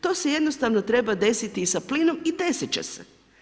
To se jednostavno treba desiti sa plinom i desiti će se.